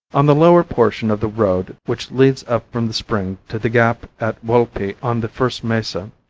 on the lower portion of the road which leads up from the spring to the gap at walpi on the first mesa,